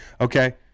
Okay